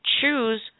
choose